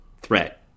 threat